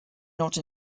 not